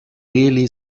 really